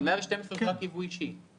סעיף 112 זה רק ייבוא אישי.